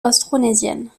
austronésiennes